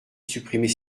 supprimer